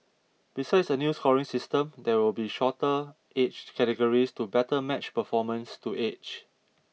besides a new scoring system there will be shorter age categories to better match performance to age